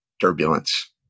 turbulence